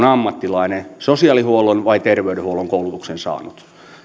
ammattilainen henkilö sosiaalihuollon vai terveydenhuollon koulutuksen saanut